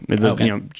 Okay